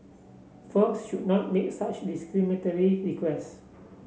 firms should not make such discriminatory requests